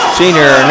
senior